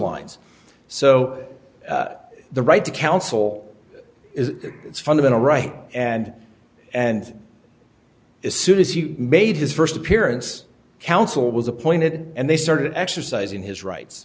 lines so the right to counsel is its fundamental right and and as soon as he made his first appearance council was appointed and they started exercising his rights